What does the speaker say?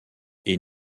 est